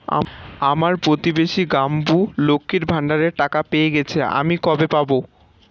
আমার প্রতিবেশী গাঙ্মু, লক্ষ্মীর ভান্ডারের টাকা পেয়ে গেছে, আমি কবে পাব?